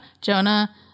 jonah